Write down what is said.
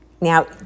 Now